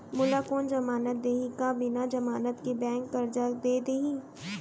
मोला कोन जमानत देहि का बिना जमानत के बैंक करजा दे दिही?